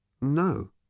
No